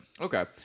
Okay